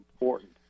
important